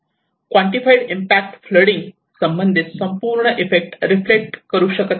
quantified impact flooding संबंधित संपूर्ण effect reflect करू शकत नाही